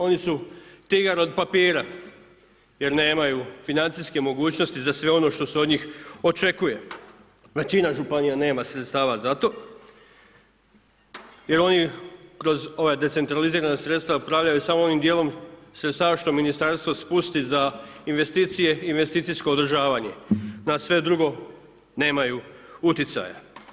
Oni su tigar od papira jer nemaju financijske mogućnosti za sve ono što se od njih očekuje, većina županija nema sredstva za to jer oni kroz ova decentralizirana sredstva upravljaju samo onim dijelom sredstava što ministarstvo spusti za investicije i investicijsko održavanje, na sve drugo nemaju utjecaja.